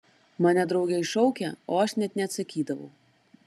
mane draugai šaukė o aš net neatsakydavau